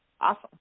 Awesome